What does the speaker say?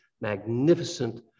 magnificent